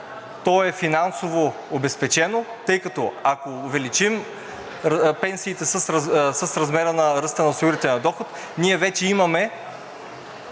То е финансово обезпечено, тъй като, ако увеличим пенсиите с размера на ръста на осигурителния доход, ние вече имаме